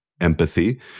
empathy